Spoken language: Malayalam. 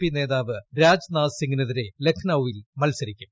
പി നേതാവ് രാജ് നാഥ് സിംഗിനെതിരെ ലഖ്നൌവിൽ മത്സരിക്കും